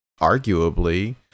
Arguably